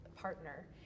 partner